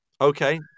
Okay